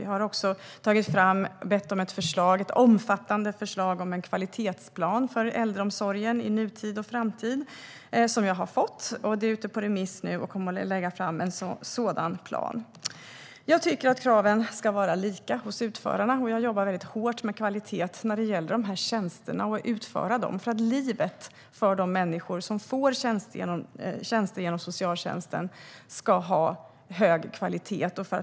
Vi har också bett om ett omfattande förslag om en kvalitetsplan för äldreomsorgen i nutid och framtid som vi har fått. Det förslaget är nu ute på remiss, och vi kommer att lägga fram en sådan plan. Jag tycker att kraven ska vara lika hos utförarna, och jag jobbar väldigt hårt med kvaliteten på utförandet av dessa tjänster. Livet för de människor som beviljas tjänster inom socialtjänsten ska ha hög kvalitet.